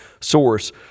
source